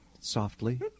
softly